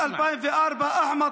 אסמעי.